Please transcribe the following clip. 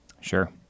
Sure